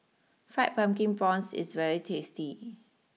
Fried Pumpkin Prawns is very tasty